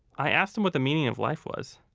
i asked him what the meaning of life was.